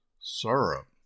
syrup